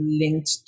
linked